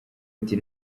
ati